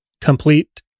complete